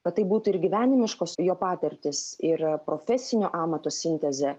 va tai būtų ir gyvenimiškos jo patirtys ir profesinio amato sintezė